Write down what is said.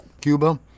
cuba